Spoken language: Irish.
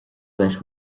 leis